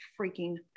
freaking